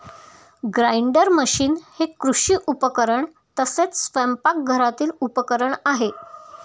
grinder machine हे कृषी उपकरण तसेच स्वयंपाकघरातील उपकरण आहे